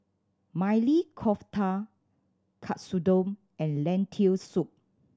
Maili Kofta Katsudon and Lentil Soup